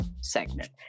segment